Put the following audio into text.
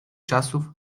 czasów